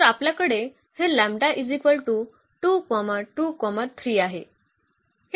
तर आपल्याकडे हे आहे